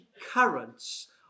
currents